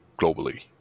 globally